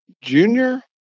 junior